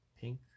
pink